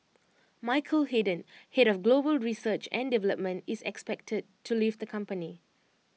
Michael Hayden Head of global research and development is expected to leave the company